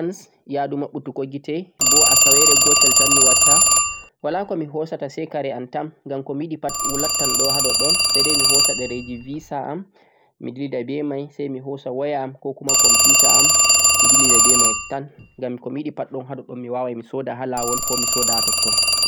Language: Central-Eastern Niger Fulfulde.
to mi yahan 'France' yahdu maɓɓutugo gite boo asaweere gootel tan mi waɗta, walaa ko mi hoosata sey kare am tan ngam ko mi yiɗi pat lattan ɗoo haa ɗoɗɗon, sey ndey mi hoosa ɗereeji 'visa' am, mi dillida be may, sey mi hoosa woya am koo kuma kompuuta am, mi dillida be may tan. Ngam ko mi yiɗi pat ɗon haa ɗoɗɗon mi waaway mi sooda haa laawol koo mi sooda haa totton.